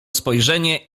spojrzenie